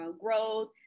growth